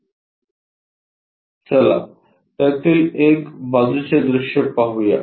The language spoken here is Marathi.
चला त्यातील एक बाजूचे दृश्य पाहूया